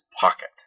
pocket